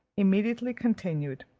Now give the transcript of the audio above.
immediately continued,